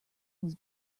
was